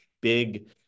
big